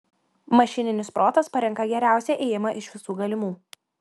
mašininis protas parenka geriausią ėjimą iš visų galimų